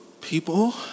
people